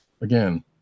again